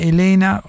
Elena